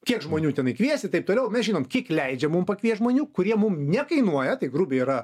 kiek žmonių tenai kviesti taip toliau mes žinom kiek leidžia mum pakviest žmonių kurie mum nekainuoja tai grubiai yra